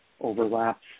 overlaps